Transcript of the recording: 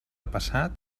passat